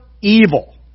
evil